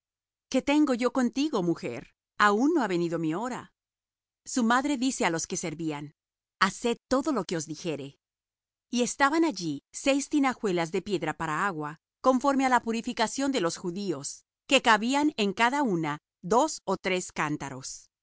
qué tengo yo contigo mujer aun no ha venido mi hora su madre dice á los que servían haced todo lo que os dijere y estaban allí seis tinajuelas de piedra para agua conforme á la purificación de los judíos que cabían en cada una dos ó tres cántaros